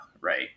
right